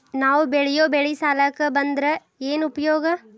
ನಾವ್ ಬೆಳೆಯೊ ಬೆಳಿ ಸಾಲಕ ಬಂದ್ರ ಏನ್ ಉಪಯೋಗ?